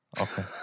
okay